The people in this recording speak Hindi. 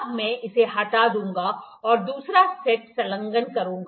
तो अब मैं इसे हटा दूंगा और दूसरा सेट संलग्न करूंगा